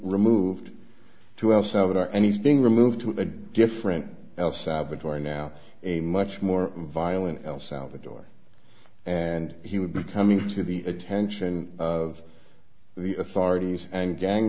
removed to el salvador and he's being removed to a different el salvador now a much more violent el salvador and he would be coming to the attention of the authorities and gang